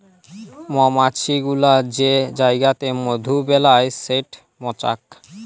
মমাছি গুলা যে জাইগাতে মধু বেলায় সেট মচাক